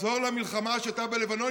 לחזור למלחמה שהייתה בלבנון,